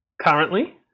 Currently